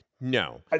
No